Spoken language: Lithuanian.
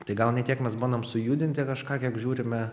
tai gal ne tiek mes bandom sujudinti kažką kiek žiūrime